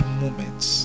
moments